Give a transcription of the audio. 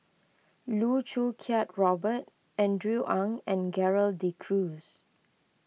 Loh Choo Kiat Robert Andrew Ang and Gerald De Cruz